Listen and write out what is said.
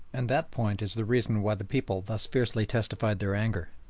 and that point is the reason why the people thus fiercely testified their anger.